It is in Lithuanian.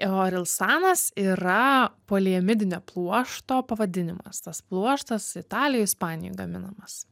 o rilsanas yra poliamidinio pluošto pavadinimas tas pluoštas italijoj ispanijoj gaminamas